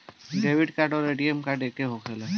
Debit card आउर ATM card एके होखेला?